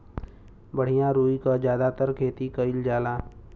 बढ़िया रुई क जादातर खेती कईल जाला